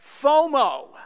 FOMO